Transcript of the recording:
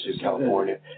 California